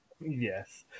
Yes